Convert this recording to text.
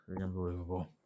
unbelievable